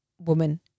woman